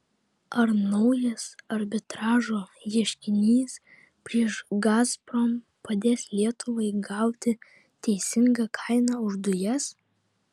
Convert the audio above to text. ar naujas arbitražo ieškinys prieš gazprom padės lietuvai gauti teisingą kainą už dujas